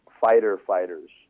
fighter-fighters